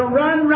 run